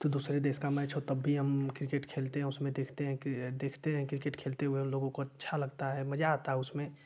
दूसरे देश का मैच हो तब भी हम क्रिकेट खेलते हैं उसमें देखते है देखते क्रिकेट खेलते हुए लोगों को अच्छा लगता है मज़ा आता है उसमें